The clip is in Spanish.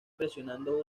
presionando